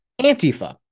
Antifa